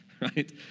right